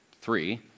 Three